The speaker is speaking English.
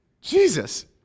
Jesus